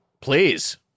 Please